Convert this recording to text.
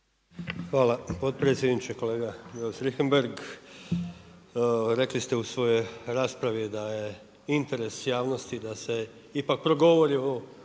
Hvala potpredsjedniče. Kolega Beus-Richembergh rekli ste u svojoj raspravi da je interes javnosti da se ipak progovori o tom